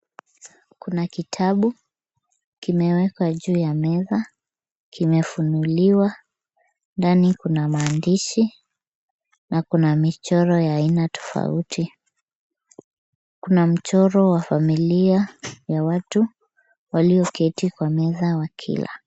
Kuna kitabu kimewekwa juu ya meza, kimefunuliwa, ndani kuna maandishi na kuna michoro ya aina tofauti. Kuna mchoro wa familia ya watu walioketi kwa meza wakila.